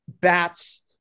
Bats